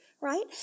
right